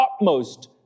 utmost